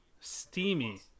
Steamy